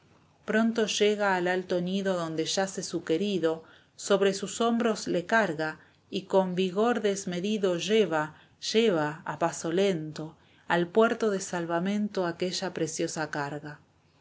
pronto llega al alto nido donde yace su querido sobre sus hombros le carga y con vigor desmedido lleva lleva a paso lento al puerto de salvamento aquella preciosa carga